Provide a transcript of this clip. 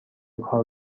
کار